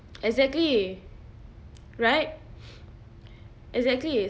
exactly right exactly